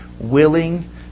willing